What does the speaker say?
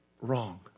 wrong